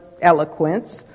eloquence